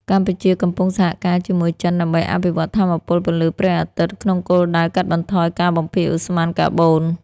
កម្ពុជាកំពុងសហការជាមួយចិនដើម្បីអភិវឌ្ឍថាមពលពន្លឺព្រះអាទិត្យ ក្នុងគោលដៅកាត់បន្ថយការបំភាយឧស្ម័នកាបូន។